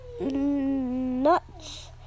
nuts